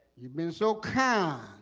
you've been so kind